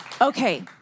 okay